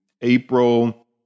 April